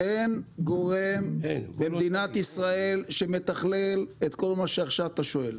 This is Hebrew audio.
אין גורם במדינת ישראל שמתכלל את כל מה שאתה שואל עכשיו.